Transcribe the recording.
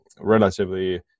relatively